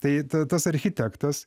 tai tas architektas